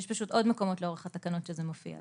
יש עוד מקומות לאורך התקנות שזה מופיע.